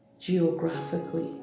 geographically